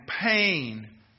pain